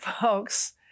folks